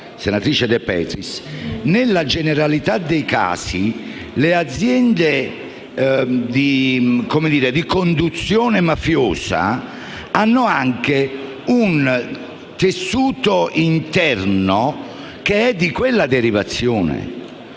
rilevando che nella generalità dei casi le aziende a conduzione mafiosa hanno anche un tessuto interno di quella derivazione.